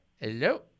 Hello